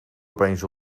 opeens